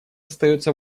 остается